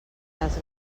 les